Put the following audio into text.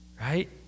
Right